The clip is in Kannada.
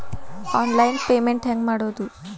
ಆನ್ಲೈನ್ ಪೇಮೆಂಟ್ ಹೆಂಗ್ ಮಾಡೋದು?